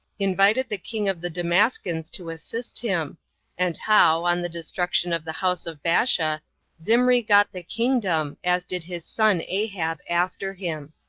invited the king of the damascens to assist him and how, on the destruction of the house of baasha zimri got the kingdom as did his son ahab after him.